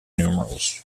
numerals